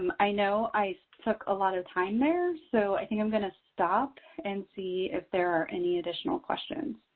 um i know i took a lot of time there, so i think i'm going to stop and see if there are any additional questions.